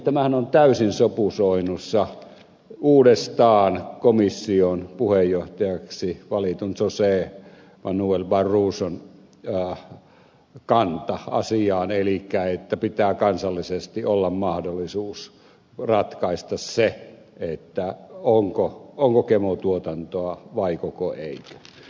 tämän kanssahan on täysin sopusoinnussa uudestaan komission puheenjohtajaksi valitun jose manuel barroson kanta asiaan että pitää kansallisesti olla mahdollisuus ratkaista se onko gemotuotantoa vaiko eikö